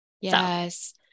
yes